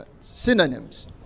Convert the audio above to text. synonyms